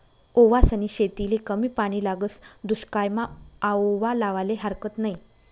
ओवासनी शेतीले कमी पानी लागस, दुश्कायमा आओवा लावाले हारकत नयी